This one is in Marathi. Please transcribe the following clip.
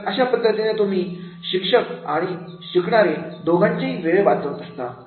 तर अशा पद्धतीने तुम्ही शिक्षक आणि शिकणारे दोघांची वेळ वाचवत असता